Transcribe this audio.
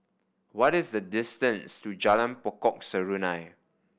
what is the distance to Jalan Pokok Serunai